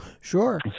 sure